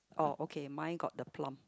orh okay mine got the plum